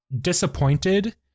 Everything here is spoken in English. disappointed